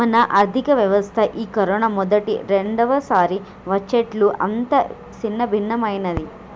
మన ఆర్థిక వ్యవస్థ ఈ కరోనా మొదటి రెండవసారి వచ్చేట్లు అంతా సిన్నభిన్నమైంది